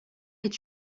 est